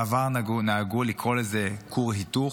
בעבר נהגו לקרוא לזה כור היתוך,